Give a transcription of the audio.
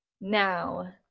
Now